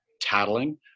tattling